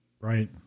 right